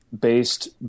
based